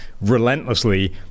relentlessly